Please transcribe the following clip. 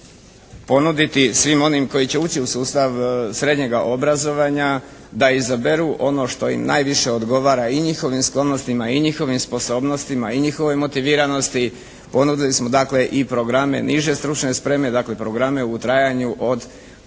ponuditi svim onima koji će ući u sustava srednjega obrazovanja da izaberu ono što im najviše odgovara i njihovim sklonostima i njihovim sposobnostima i njihovoj motiviranosti. Ponudili smo dakle i programe niže stručne spreme, dakle programe u trajanju od 2 godine,